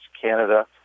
Canada